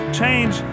change